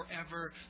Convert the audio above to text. forever